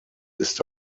ist